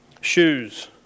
shoes